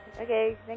Okay